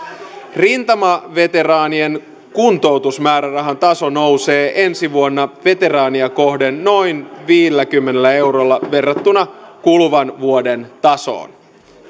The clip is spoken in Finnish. rintamaveteraanien kuntoutusmäärärahan taso nousee ensi vuonna veteraania kohden noin viidelläkymmenellä eurolla verrattuna kuluvan vuoden tasoon